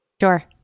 Sure